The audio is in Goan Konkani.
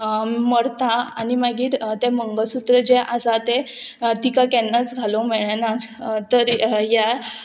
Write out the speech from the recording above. मरता आनी मागीर तें मंगलसूत्र जें आसा तें तिका केन्नाच घालूंक मेळ्ळें ना तर ह्या